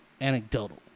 anecdotal